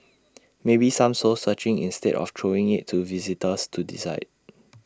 maybe some soul searching instead of throwing IT to visitors to decide